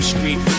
Street